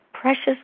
precious